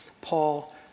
Paul